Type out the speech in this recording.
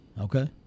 okay